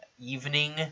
evening